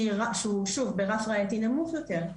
שהוגשו ברף ראייתי נמוך יותר.